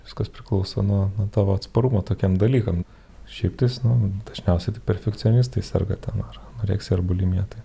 viskas priklauso nuo tavo atsparumo tokiem dalykam šiaip tais nu dažniausiai tik perfekcionistai serga ten ar anoreksija ar bulimija tai